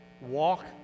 Walk